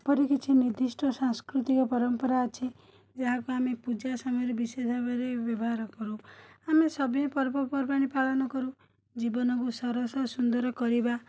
ଏପରି କିଛି ନିର୍ଦ୍ଧିଷ୍ଟ ସାଂସ୍କୃତିକ ପରମ୍ପରା ଅଛି ଯାହାକୁ ଆମେ ପୂଜା ସମୟରେ ବିଶେଷ ଭାବରେ ବ୍ୟବହାର କରୁ ଆମେ ସଭିଏଁ ପର୍ବପର୍ବାଣି ପାଳନ କରୁ ଜୀବନକୁ ସରସ ସୁନ୍ଦର କରିବା